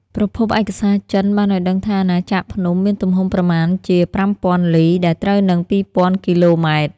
ប្រភពឯកសារចិន បានឱ្យដឹងថា អាណាចក្រភ្នំមានទំហំប្រមាណជា ៥០០០ លី ដែលត្រូវនឹង ២០០០ គីឡូម៉ែត្រ។